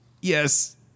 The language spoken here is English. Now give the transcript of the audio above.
Yes